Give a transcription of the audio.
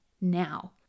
now